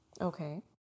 Okay